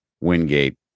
Wingate